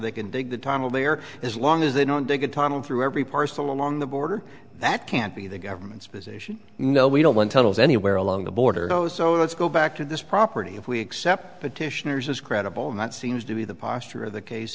they can dig the tunnel there as long as they don't dig a tunnel through every parcel along the border that can't be the government's position no we don't want tunnels anywhere along the border oh so let's go back to this property if we accept petitioners as credible and that seems to be the posture of the case